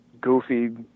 goofy